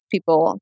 People